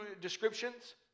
descriptions